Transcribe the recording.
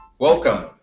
Welcome